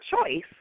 choice